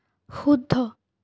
শুদ্ধ